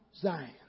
Zion